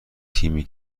تیمی